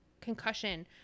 concussion